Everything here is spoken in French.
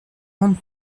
rendre